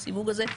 בסיווג הזה?